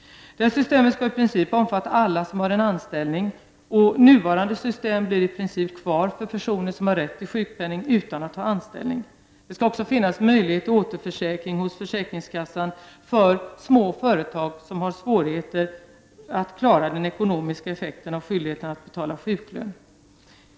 Systemet skall i princip omfatta alla som har en anställning. Nuvarande system blir i princip kvar för personer som har rätt till sjukpenning utan att ha en anställning. Det skall också finnas möjlighet till återförsäkring hos försäkringskassan för småföretag som har svårigheter att klara den ekonomiska effekten av skyldigheten att betala sjuklön.